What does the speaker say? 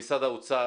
למשרד האוצר,